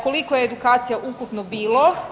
Koliko je edukacija ukupno bilo?